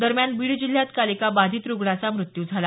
दरम्यान बीड जिल्ह्यात काल एका बाधित रुग्णाचा मृत्यू झाला